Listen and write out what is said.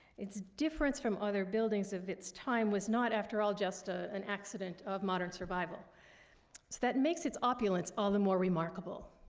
its difference from other buildings of its time was not, after all, just ah an accident of modern survival. it's that it makes its opulence all the more remarkable.